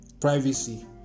privacy